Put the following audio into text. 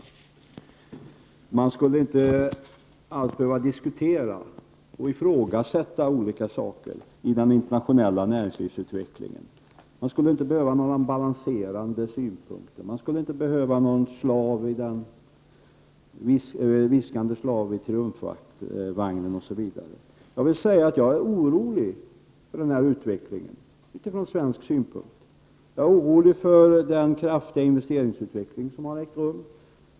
De borgerliga menar att man inte alls skulle behöva diskutera och ifrågasätta olika saker i den internationella näringslivsutvecklingen. Man skulle inte behöva några balanserande synpunkter. Man skulle inte behöva någon viskande slav i triumfvagnen, osv. Jag är orolig för denna utveckling från svensk synpunkt. Jag är orolig för den kraftiga investeringsutveckling som har ägt rum.